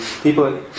People